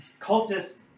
Cultists